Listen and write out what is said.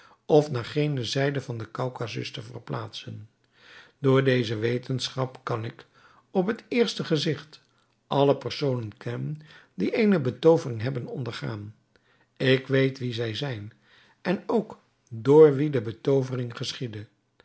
of naar gene zijde van den kaukasus te verplaatsen door deze wetenschap kan ik op het eerste gezigt alle personen kennen die eene betoovering hebben ondergaan ik weet wie zij zijn en ook door wie de betoovering geschiedde